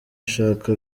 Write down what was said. ushaka